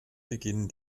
beginnen